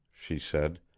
she said,